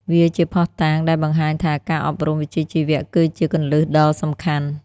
វាជាភស្តុតាងដែលបង្ហាញថាការអប់រំវិជ្ជាជីវៈគឺជាគន្លឹះដ៏សំខាន់។